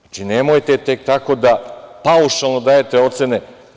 Nemojte tek tako da paušalno dajete ocene.